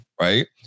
right